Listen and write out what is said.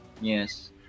Yes